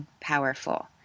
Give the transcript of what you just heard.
powerful